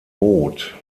boot